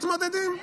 מתמודדים.